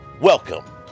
Welcome